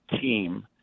team